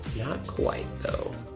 quite though.